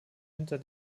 hinter